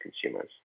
consumers